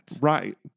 Right